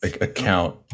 account